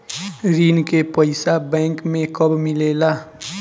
ऋण के पइसा बैंक मे कब मिले ला?